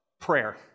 Prayer